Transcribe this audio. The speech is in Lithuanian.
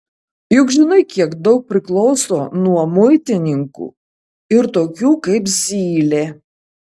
juk žinai kiek daug priklauso nuo muitininkų ir tokių kaip zylė